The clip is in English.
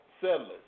settlers